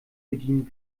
bedienen